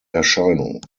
erscheinung